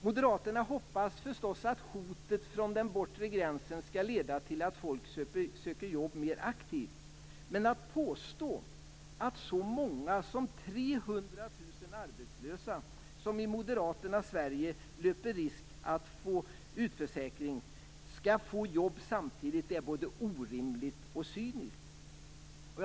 Moderaterna hoppas förstås att hotet från den bortre gränsen skall leda till att folk söker jobb mer aktivt. Men att påstå att så många som 300 000 arbetslösa som i moderaternas Sverige löper risk att bli utförsäkrade skall få jobb samtidigt är både orimligt och cyniskt.